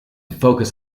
focus